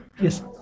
Yes